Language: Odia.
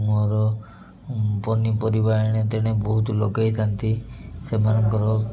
ମୋର ପନିପରିବା ଏଣେ ତେଣେ ବହୁତ ଲଗେଇଥାନ୍ତି ସେମାନଙ୍କର